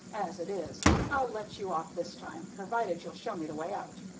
as it is, i'll let you off this time, provided you'll show me the way out.